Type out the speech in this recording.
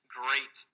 great